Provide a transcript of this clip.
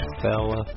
fella